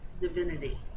divinity